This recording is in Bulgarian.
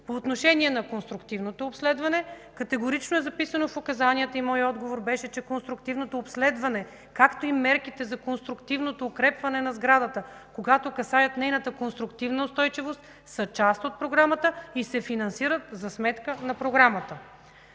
По отношение на конструктивното обследване, категорично е записано в указанията, и моят отговор беше, че конструктивното обследване, както и мерките за конструктивното укрепване на сградата, когато касаят нейната конструктивна устойчивост, са част от Програмата и се финансират за сметка на програмата.